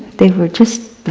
they were just